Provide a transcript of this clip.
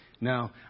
Now